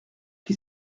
qui